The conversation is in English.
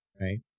right